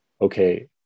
okay